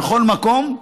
בכל מקום,